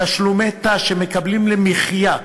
תשלומי ת"ש שמקבלים חיילים למחיה,